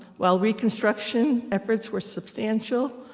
while reconstruction efforts were substantial,